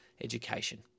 education